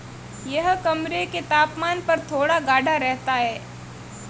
यह कमरे के तापमान पर थोड़ा गाढ़ा रहता है